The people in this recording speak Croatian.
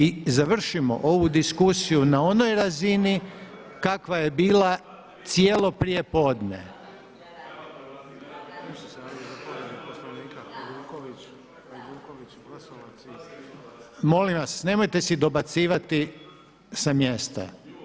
I završimo ovu diskusiju na onoj razini kakva je bila cijelo prijepodne. … [[Govornici govore u glas, ne razumije se.]] Molim vas, nemojte si dobacivati s mjesta.